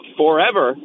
forever